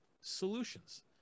solutions